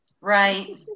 Right